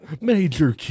major